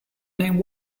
name